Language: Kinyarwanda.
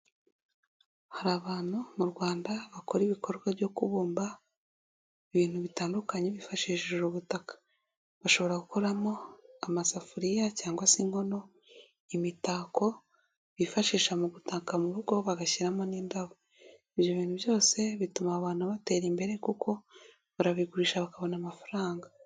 Hari abantu mu Rwanda bakora ibikorwa byo kubumba ibintu bitandukanye bifashishije ubutaka, bashobora gukuramo amasafuriya cyangwa se inkono, imitako bifashisha mu gutaka mu rugo bagashyiramo n'indabo, ibyo bintu byose bituma abantu batera imbere kuko barabigurisha bakabona amafaranga.